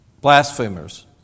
blasphemers